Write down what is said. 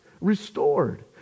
restored